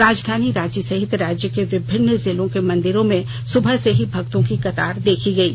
राजधानी रांची सहित राज्य के विभिन्न जिलों के मंदिरों में सुबह से ही भक्तों की कतार देखी गयी